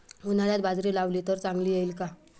उन्हाळ्यात बाजरी लावली तर चांगली येईल का?